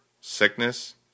sickness